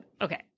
okay